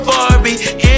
Barbie